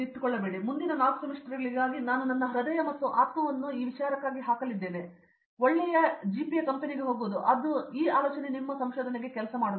ಹಾಗಾಗಿ ಮುಂದಿನ 4 ಸೆಮಿಸ್ಟರ್ಗಳಿಗೆ ನಾನು ನನ್ನ ಹೃದಯ ಮತ್ತು ಆತ್ಮವನ್ನು ಹಾಕಲಿದ್ದೇನೆ ಒಳ್ಳೆಯ ಜಿಪಿಎ ಕಂಪೆನಿಗೆ ಹೋಗುವುದು ಅದು ಸಂಶೋಧನೆಗೆ ಕೆಲಸ ಮಾಡುವುದಿಲ್ಲ